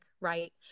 right